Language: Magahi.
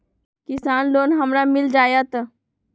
किसान लोन हमरा मिल जायत?